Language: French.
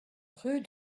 rue